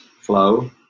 flow